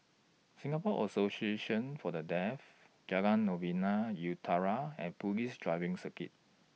Singapore Association For The Deaf Jalan Novena Utara and Police Driving Circuit